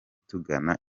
tugana